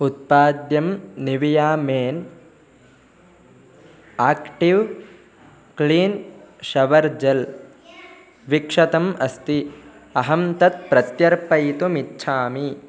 उत्पाद्यं Nivea men active clean shower gel विक्षतम् अस्ति अहं तत् प्रत्यर्पयितुमिच्छामि